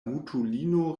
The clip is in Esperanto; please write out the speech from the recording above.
mutulino